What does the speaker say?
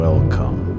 Welcome